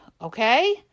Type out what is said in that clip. okay